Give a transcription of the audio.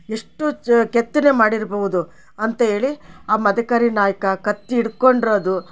ಎಷ್ಟು ಚ ಕೆತ್ತನೆ ಮಾಡಿರ್ಬಹದು ಅಂತ ಹೇಳಿ ಆ ಮದಕರಿ ನಾಯಕ ಕತ್ತಿ ಹಿಡ್ಕೊಂಡು ಇರದು